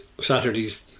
Saturdays